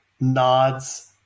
nods